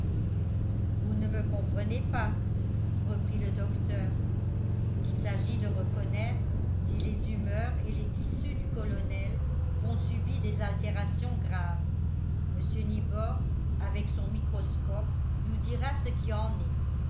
vous ne me comprenez pas reprit le docteur il s'agit de reconnaître si les humeurs et les tissus du colonel ont subi des altérations graves mr nibor avec son microscope nous dira ce qui en est